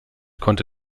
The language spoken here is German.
konnte